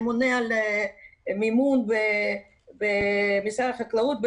הממונה על מימון במשרד החקלאות,